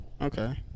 Okay